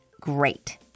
great